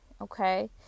okay